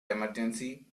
emergency